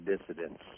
dissidents